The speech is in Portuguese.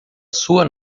sua